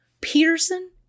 Peterson